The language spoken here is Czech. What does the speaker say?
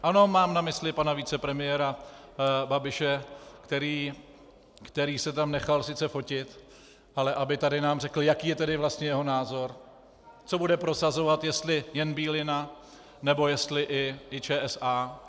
Ano, mám na mysli pana vicepremiéra Babiše, který se tam nechal sice fotit, ale aby tady nám řekl, jaký je vlastně jeho názor, co bude prosazovat, jestli jen Bílina, nebo jestli i ČSA.